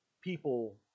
people